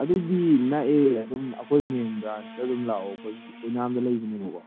ꯑꯗꯨꯗꯤ ꯅꯛꯑꯦ ꯑꯗꯨꯝ ꯑꯩꯈꯣꯏ ꯃꯦꯟ ꯕ꯭ꯔꯥꯟꯁꯇ ꯑꯗꯨꯝ ꯂꯥꯛꯑꯣ ꯑꯩꯈꯣꯏ ꯑꯣꯏꯅꯥꯝꯗ ꯂꯩꯕꯅꯦꯕꯀꯣ